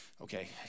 Okay